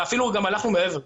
ואפילו גם הלכנו מעבר לזה.